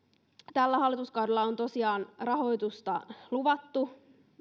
tällä hallituskaudella on tosiaan rahoitusta luvattu